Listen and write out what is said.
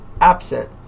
absent